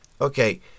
Okay